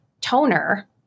toner